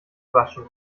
waschen